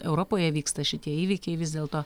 europoje vyksta šitie įvykiai vis dėlto